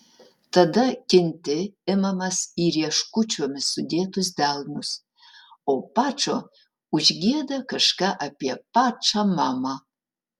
tada kinti imamas į rieškučiomis sudėtus delnus o pačo užgieda kažką apie pačą mamą